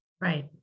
right